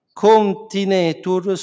continetur